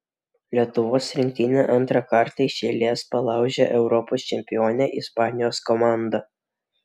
lietuvos rinktinė antrą kartą iš eilės palaužė europos čempionę ispanijos komandą